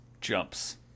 jumps